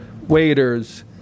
waiters